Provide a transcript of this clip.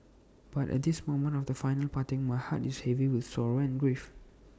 but at this moment of the final parting my heart is heavy with sorrow and grief